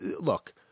look